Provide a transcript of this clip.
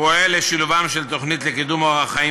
פועל לשילובה של תוכנית לקידום אורח חיים